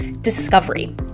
discovery